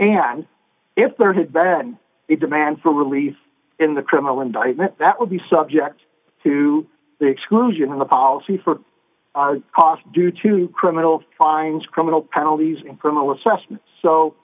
and if there had been a demand for relief in the criminal indictment that would be subject to the exclusion of the policy for cost due to criminal fines criminal penalties in criminal assessments so